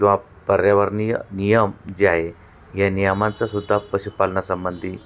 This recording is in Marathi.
किंवा पर्यावरणीय नियम जे आहे या नियमां चासुद्धा पशुपालनासंबंधी